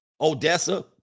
Odessa